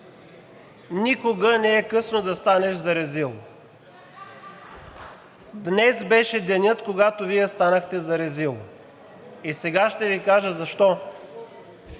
„Никога не е късно да станеш за резил.“ Днес беше денят, когато Вие станахте за резил и сега ще Ви кажа защо.